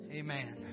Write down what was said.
amen